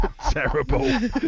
terrible